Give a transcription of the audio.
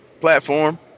platform